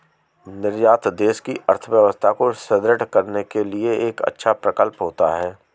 निर्यात देश की अर्थव्यवस्था को सुदृढ़ करने के लिए एक अच्छा प्रकल्प होता है